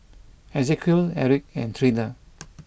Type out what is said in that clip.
Ezequiel Erik and Treena